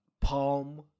Palm